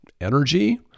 energy